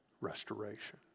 restoration